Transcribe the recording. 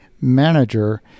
manager